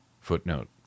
Footnote